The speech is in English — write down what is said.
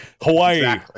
Hawaii